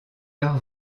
leur